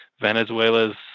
Venezuela's